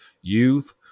youth